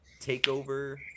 Takeover